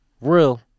real